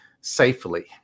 safely